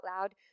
loud